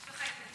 יש לך התנגדות?